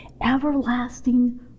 everlasting